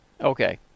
Okay